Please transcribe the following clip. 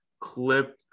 Clip